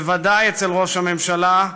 בוודאי אצל ראש הממשלה,